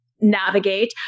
navigate